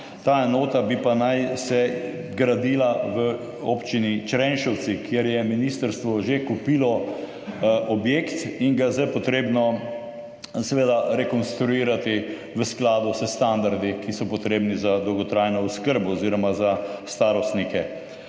Ta enota naj bi se pa gradila v občini Črenšovci, kjer je ministrstvo že kupilo objekt in ga je zdaj seveda potrebno rekonstruirati v skladu s standardi, ki so potrebni za dolgotrajno oskrbo oziroma za starostnike.